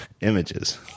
images